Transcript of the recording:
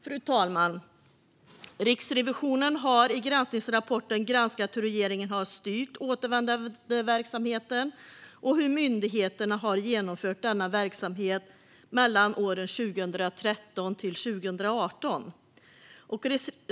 Fru talman! Riksrevisionen har i granskningsrapporten granskat hur regeringen har styrt återvändandeverksamheten och hur myndigheterna har genomfört denna verksamhet mellan åren 2013 och 2018.